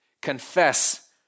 Confess